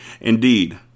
Indeed